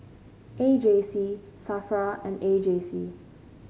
A J C Safra and A J C